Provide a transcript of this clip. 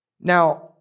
Now